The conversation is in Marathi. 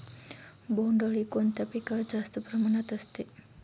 बोंडअळी कोणत्या पिकावर जास्त प्रमाणात असते?